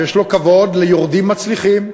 שיש לו כבוד ליורדים מצליחים,